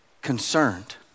concerned